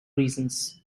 reasons